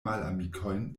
malamikojn